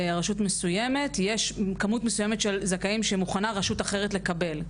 ברשות מסוימת יש כמות מסוימת של זכאים שמוכנה רשות אחרת לקבל.